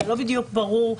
כשלא בדיוק ברור,